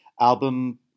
album